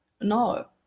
No